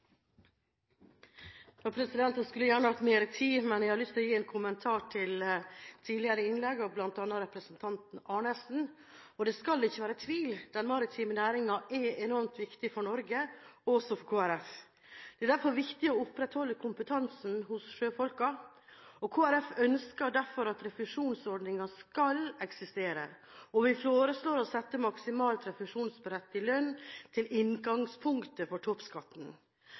Jeg skulle gjerne hatt mer tid, men jeg har lyst til å gi en kommentar i forbindelse med tidligere innlegg, bl.a. til representanten Arnesen. Det skal ikke være tvil: Den maritime næringen er enormt viktig for Norge – også for Kristelig Folkeparti. Det er derfor viktig å opprettholde kompetansen hos sjøfolkene, og Kristelig Folkeparti ønsker derfor at refusjonsordningen skal eksistere. Vi foreslår å sette maksimalt refusjonsberettiget lønn til innslagspunktet for toppskatten.